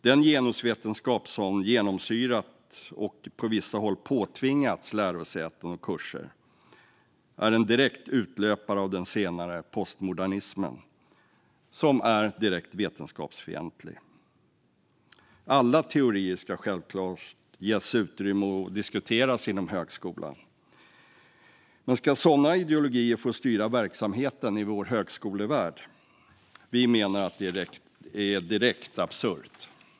Den genusvetenskap som genomsyrat och på vissa håll påtvingats lärosäten och kurser är en direkt utlöpare av den senare postmodernismen, som är direkt vetenskapsfientlig. Alla teorier ska självklart ges utrymme och diskuteras inom högskolan, men ska sådana ideologier få styra verksamheten i vår högskolevärld? Vi menar att det är direkt absurt.